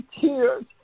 tears